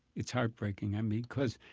it's heartbreaking. i mean, because